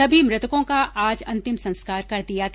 सभी मृतकों का आज अंतिम संस्कार कर दिया गया